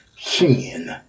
sin